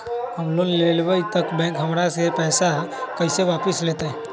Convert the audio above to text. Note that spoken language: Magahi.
हम लोन लेलेबाई तब बैंक हमरा से पैसा कइसे वापिस लेतई?